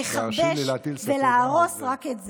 לחרבש ולהרוס רק את זה.